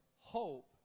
hope